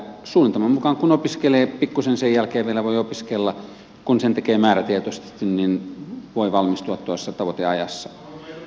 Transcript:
suunnitelman mukaan kun opiskelee pikkuisen sen jälkeen vielä voi opiskella kun sen tekee määrätietoisesti niin voi valmistua tuossa tavoiteajassa